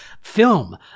film